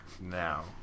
now